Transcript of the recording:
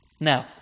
Now